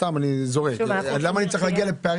אחת מהן לפחות היא תושבת חוץ, ישות אחת מהן